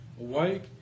awake